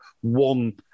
one